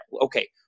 Okay